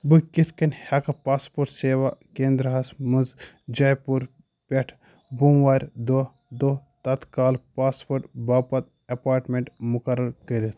بہٕ کِتھ کٔنۍ ہیٚکہٕ پاسپورٹ سیوا کینٛدرا ہس منٛز جے پور پٮ۪ٹھ بوموارٕ دۄہ دۄہ تَتکال پاسپورٹ باپتھ ایٚپارٹمیٚنٛٹ مُقرر کٔرتھ